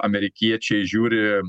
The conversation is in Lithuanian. amerikiečiai žiūri